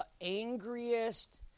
angriest